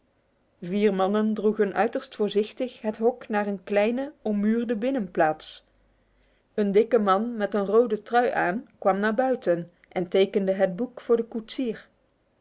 vier mannen droegen uiterst voorzichtig het hok naar een kleine ommuurde binnenplaats een dikke man met een rode trui aan kwam naar buiten en tekende het boek voor den koetsier